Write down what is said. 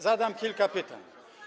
Zadam kilka pytań.